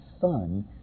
son